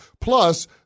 Plus